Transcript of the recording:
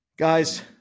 Guys